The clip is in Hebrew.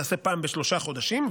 תיעשה פעם בשלושה חודשים,